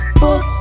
book